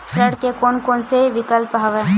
ऋण के कोन कोन से विकल्प हवय?